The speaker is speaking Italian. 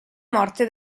morte